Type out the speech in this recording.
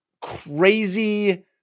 crazy